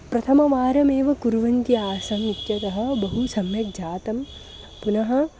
प्रथमवारमेव कुर्वन्ति आसम् इत्यतः बहु सम्यग् जातं पुनः